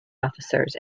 officers